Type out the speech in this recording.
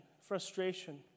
frustration